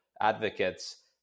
advocates